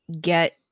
get